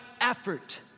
effort